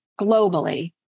globally